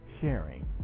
sharing